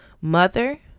mother